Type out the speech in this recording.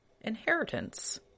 inheritance